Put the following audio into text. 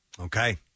okay